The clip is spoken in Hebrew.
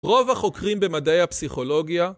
רוב החוקרים במדעי הפסיכולוגיה